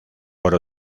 por